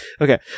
okay